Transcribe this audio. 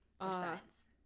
science